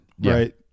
right